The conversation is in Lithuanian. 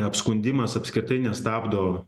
apskundimas apskritai nestabdo